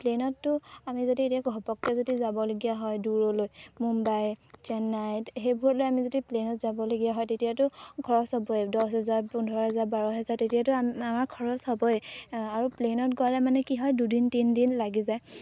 প্লেইনততো আমি যদি এতিয়া ঘপককৈ যদি যাবলগীয়া হয় দূৰলৈ মুম্বাই চেন্নাইত সেইবোৰলৈ আমি যদি প্লেইনত যাবলগীয়া হয় তেতিয়াতো খৰচ হ'বই দহ হেজাৰ পোন্ধৰ হেজাৰ বাৰ হেজাৰ তেতিয়াতো আমাৰ ঘৰৰ হ'বই আৰু প্লেইনত গ'লে মানে কি হয় দুদিন তিনিদিন লাগি যায়